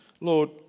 Lord